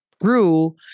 grew